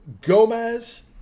Gomez